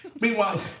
meanwhile